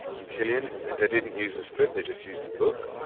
and cillian and they didn't use a script, they just used the book,